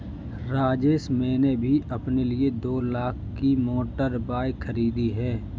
राजेश मैंने भी अपने लिए दो लाख की मोटर बाइक खरीदी है